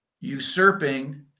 usurping